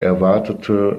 erwartete